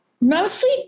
mostly